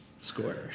Score